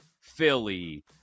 Philly